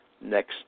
next